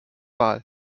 wahl